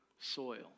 soil